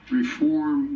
reform